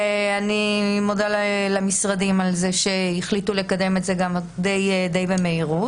ואני מודה למשרדים שהחליטו לקדם את זה די מהר.